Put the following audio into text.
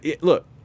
look